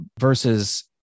versus